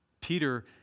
Peter